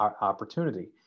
opportunity